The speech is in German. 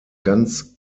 ganz